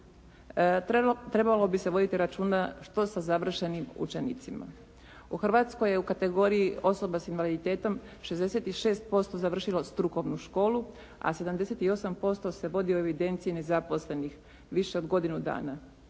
Trebalo bi se voditi računa što sa završenim učenicima. U Hrvatskoj je u kategoriji osoba s invaliditetom 66% završilo strukovnu školu a 78% se vodi u evidenciji nezaposlenih više od godinu dana.